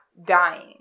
dying